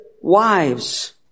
wives